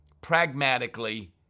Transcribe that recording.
pragmatically